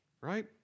right